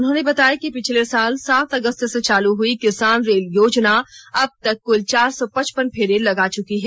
उन्होंने बताया कि पिछले साल सात अगस्त से चालू हई किसान रेल योजना अबतक कुल चार सौ पचपन फेरे लगा चुकी है